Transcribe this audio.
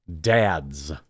dads